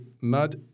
mud